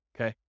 Okay